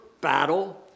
battle